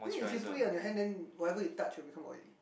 then if you put it on your hand then whatever you touch will become oily